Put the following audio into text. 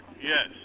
Yes